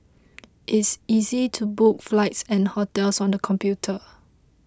it's easy to book flights and hotels on the computer